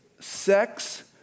sex